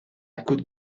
could